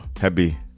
Happy